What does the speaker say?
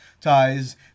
ties